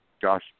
Josh